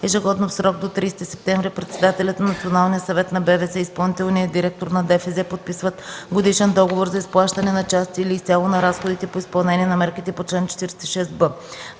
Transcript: ежегодно в срок до 30 септември председателят на Националния съвет на БВС и изпълнителният директор на Държавен фонд „Земеделие” подписват годишен договор за изплащане на част или изцяло на разходите по изпълнение на мерките по чл. 46б.